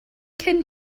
cyn